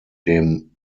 dem